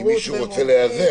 אם מישהו רוצה להיעזר.